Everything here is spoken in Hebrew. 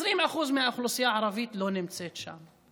20%, האוכלוסייה הערבית, לא נמצאים שם.